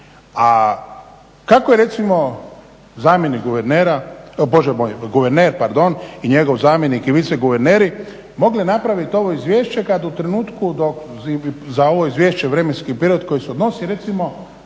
A kako je recimo zamjenik guvernera, bože moj guverner pardon i njegov zamjenik i viceguverneri mogle napraviti ovo izvješće kad u trenutku dok ili za ovo izvješće, vremenski period koji se odnosi recimo